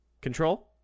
Control